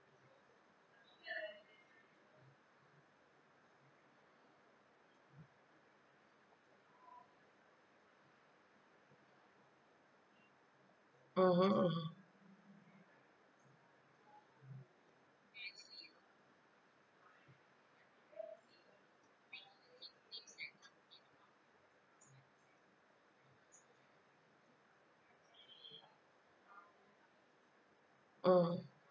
mmhmm